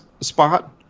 spot